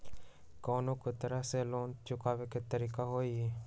कोन को तरह से लोन चुकावे के तरीका हई?